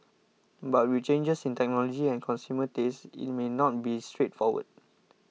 but with changes in technology and consumer tastes it may not be straightforward